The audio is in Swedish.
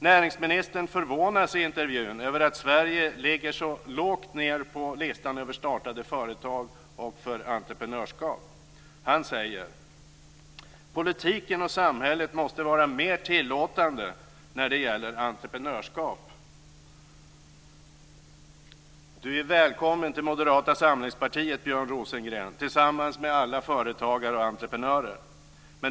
Näringsministern förvånas i intervjun över att Sverige ligger så lågt ned på listan över startade företag och för entreprenörskap. Han säger: Politiken och samhället måste vara mer tillåtande när det gäller entreprenörskap. Björn Rosengren är, tillsammans med alla företagare och entreprenörer, välkommen till Moderata samlingspartiet.